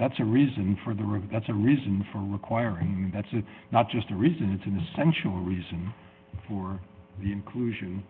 that's a reason for the record that's a reason for requiring that's not just a reason it's an essential reason for the inclusion